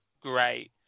great